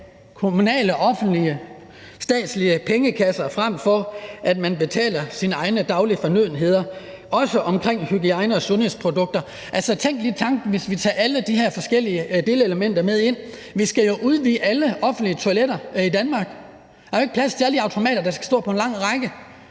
kommunale og offentlige og statslige pengekasser, frem for at de betaler deres egne daglige fornødenheder, også når det gælder hygiejne- og sundhedsprodukter. Altså, tænk lige tanken. Hvis vi tager alle de her forskellige delelementer med, skal vi jo udvide alle offentlige toiletter i Danmark. Der er jo ikke plads til alle de automater, der skal stå på en lang række,